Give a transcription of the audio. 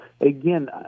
again